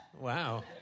Wow